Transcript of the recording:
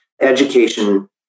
education